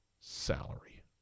salary